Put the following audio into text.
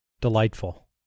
Delightful